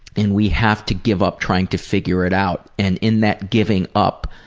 and we have to give up trying to figure it out, and in that giving up,